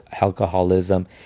alcoholism